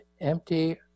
empty